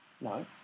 No